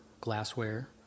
glassware